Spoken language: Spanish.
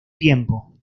tiempo